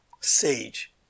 sage